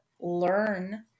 learn